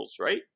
right